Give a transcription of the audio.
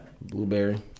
Blueberry